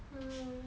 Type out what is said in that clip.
hmm